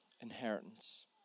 inheritance